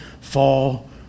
fall